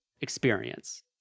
experience